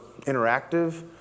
interactive